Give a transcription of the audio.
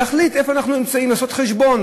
להחליט איפה אנחנו נמצאים, לעשות חשבון